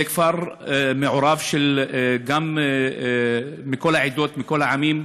זה כפר מעורב מכל העדות, מכל העמים,